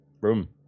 room